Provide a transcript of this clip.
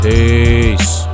Peace